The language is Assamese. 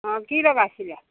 অঁ কি লগাইছিলে